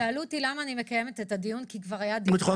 שאלו אותי למה אני מקיימת את הדיון אם כבר היה דיון